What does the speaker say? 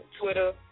Twitter